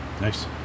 nice